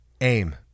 aim